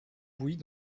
bouilli